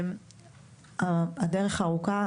הדרך ארוכה,